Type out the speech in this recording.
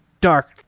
Dark